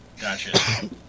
Gotcha